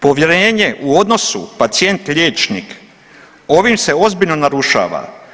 Povjerenje u odnosu pacijent – liječnik ovim se ozbiljno narušava.